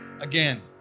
again